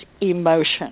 emotion